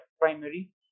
primary